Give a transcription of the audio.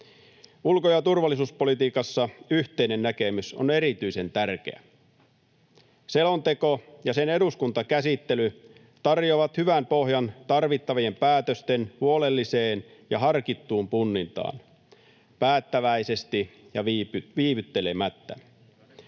Ulko- ja turvallisuuspolitiikassa yhteinen näkemys on erityisen tärkeä. Selonteko ja sen eduskuntakäsittely tarjoavat hyvän pohjan tarvittavien päätösten huolelliseen ja harkittuun punnintaan päättäväisesti ja viivyttelemättä.